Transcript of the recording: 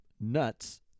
nuts